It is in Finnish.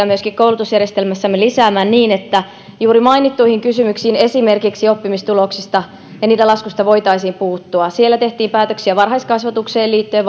myöskin koulutusjärjestelmässämme lisäämään niin että juuri mainittuihin kysymyksiin esimerkiksi oppimistuloksista ja niiden laskusta voitaisiin puuttua siellä tehtiin päätöksiä varhaiskasvatukseen liittyen